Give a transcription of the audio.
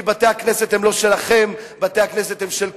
כי בתי-הכנסת הם לא שלכם, בתי-הכנסת הם של כולם,